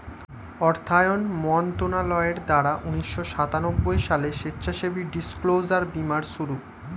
অর্থায়ন মন্ত্রণালয়ের দ্বারা উন্নিশো সাতানব্বই সালে স্বেচ্ছাসেবী ডিসক্লোজার বীমার শুরু